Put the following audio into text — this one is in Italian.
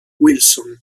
wilson